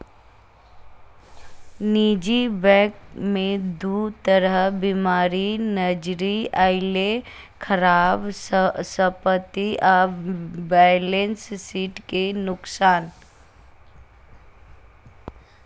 निजी बैंक मे दू तरह बीमारी नजरि अयलै, खराब संपत्ति आ बैलेंस शीट के नुकसान